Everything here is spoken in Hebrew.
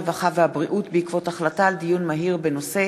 הרווחה והבריאות בעקבות דיון מהיר בנושא: